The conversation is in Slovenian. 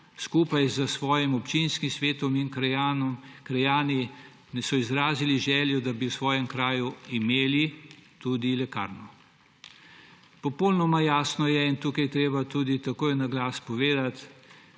skupaj s svojim občinskim svetom in krajani izrazi željo, da bi v svojem kraju imeli tudi lekarno. Popolnoma jasno je in tukaj je treba takoj na glas povedati,